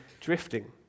drifting